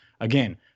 again